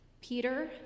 Peter